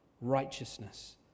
righteousness